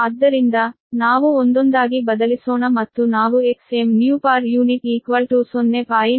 ಆದ್ದರಿಂದ ನಾವು ಒಂದೊಂದಾಗಿ ಬದಲಿಸೋಣ ಮತ್ತು ನಾವು Xmnew per unit 0